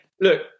look